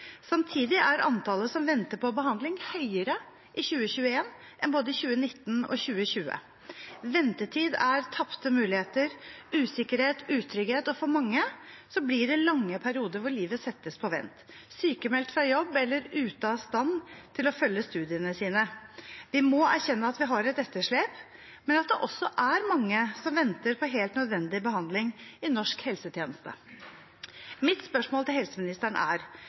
Samtidig er antallet som venter på behandling, høyere i 2021 enn både i 2019 og i 2020. Ventetid er tapte muligheter, usikkerhet og utrygghet, og for mange blir det lange perioder hvor livet settes på vent, sykmeldt fra jobb eller ute av stand til å følge studiene sine. Vi må erkjenne at vi har et etterslep, men at det også er mange som venter på helt nødvendig behandling i norsk helsetjeneste. Mitt spørsmål til helseministeren er: